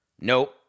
nope